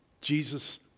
Jesus